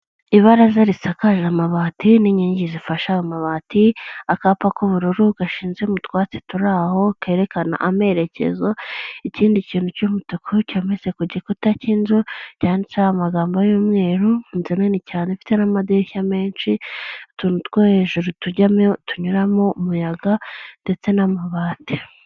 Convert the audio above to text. Ibaraza risakaje amabati n'inkingi zifashe amabati akapa k'ubururu gashinze mu twatsi turi aho kerekana amerekezo ikindi kintu cy'umutuku cyometse ku gikuta cy'inzu cyanditseho amagambo y'umweru inzu nini cyane ifite n'amadirishya menshi utuntu two hejuru tujyamo tunyuramo umuyaga ndetse n'amabati.